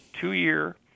two-year